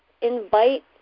invite